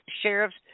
sheriffs